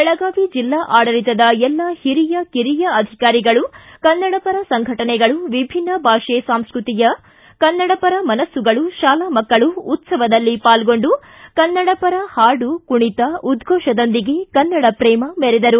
ಬೆಳಗಾವಿ ಜಿಲ್ಲಾ ಆಡಳಿತದ ಎಲ್ಲ ಹಿರಿಯ ಕಿರಿಯ ಅಧಿಕಾರಿಗಳು ಕನ್ನಡಪರ ಸಂಘಟನೆಗಳು ವಿಭಿನ್ನ ಭಾಷೆ ಸಾಂಸ್ಟತಿಕಯ ಕನ್ನಡಪರ ಮನಸ್ಲುಗಳು ತಾಲಾ ಮಕ್ಕಳು ಉತ್ತವದಲ್ಲಿ ಪಾಲ್ಗೊಂಡು ಕನ್ನಡಪರ ಹಾಡು ಕುಣಿತ ಉದ್ಘೋಷದೊಂದಿಗೆ ಕನ್ನಡಪ್ರೇಮ ಮೆರೆದರು